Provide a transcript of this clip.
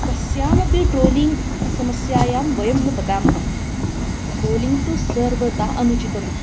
कस्यामपि ट्रोलिङ्ग् समस्यायां वयं न पतामः ट्रोलिङ्ग् तु सर्वदा अनुचितम्